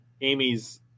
Amy's